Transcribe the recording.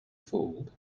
fooled